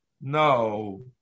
no